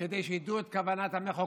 כדי שידעו את כוונת המחוקק.